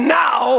now